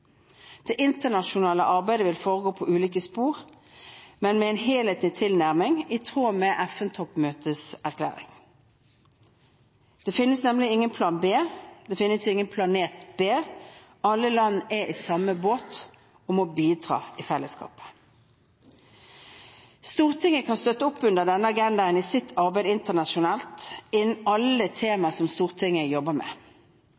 Det internasjonale arbeidet vil foregå på ulike spor, men med en helhetlig tilnærming i tråd med FN-toppmøtets erklæring. Det finnes nemlig ingen plan B. Det finnes ingen planet B. Alle land er i samme båt og må bidra i fellesskap. Stortinget kan støtte opp under denne agendaen i sitt arbeid internasjonalt, innen alle temaer Stortinget jobber med.